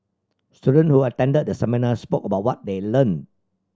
students who attended the seminar spoke about what they learned